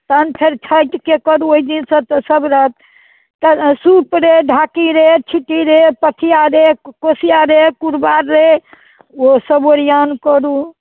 तहन फेर छठिके करू ओहि दिनसँ तऽ सभ रहत सूप रे ढाकी रे छिट्टी रे पथिया रे को कोसिया रे कुरबार रे ओ सभ ओरिआओन करू